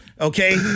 Okay